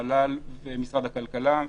המל"ל ומשרד הכלכלה.